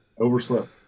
Overslept